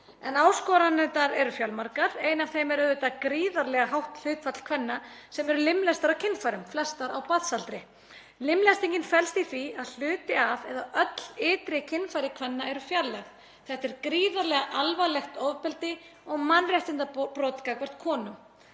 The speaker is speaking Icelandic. En áskoranirnar eru fjölmargar. Ein af þeim er auðvitað gríðarlega hátt hlutfall kvenna sem eru limlestar á kynfærum, flestar á barnsaldri. Limlestingin felst í því að hluti af eða öll ytri kynfæri kvenna eru fjarlægð. Þetta er gríðarlega alvarlegt ofbeldi og mannréttindabrot gagnvart konum.